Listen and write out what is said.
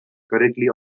correctly